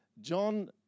John